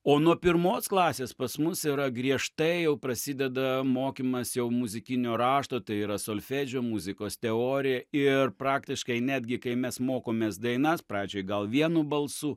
o nuo pirmos klasės pas mus yra griežtai jau prasideda mokymas jau muzikinio rašto tai yra solfedžio muzikos teorija ir praktiškai netgi kai mes mokomės dainas pradžiai gal vienu balsu